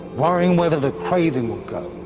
worrying weather the craving will go.